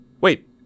Wait